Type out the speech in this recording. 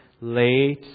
late